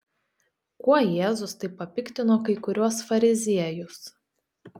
kuo jėzus taip papiktino kai kuriuos fariziejus